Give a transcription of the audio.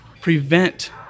prevent